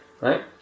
Right